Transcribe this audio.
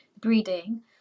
breeding